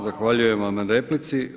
Zahvaljujem vam na replici.